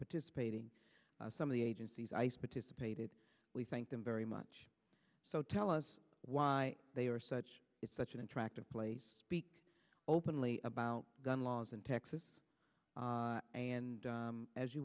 participating some of the agencies ice participated we thank them very much so tell us why they are such it's such an attractive place to be openly about gun laws in texas and as you